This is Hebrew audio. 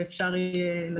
ואפשר יהיה לתת לו לדבר.